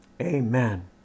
amen